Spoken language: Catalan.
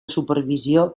supervisió